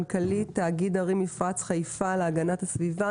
מנכ"לית תאגיד ערים מפרץ חיפה להגנת הסביבה.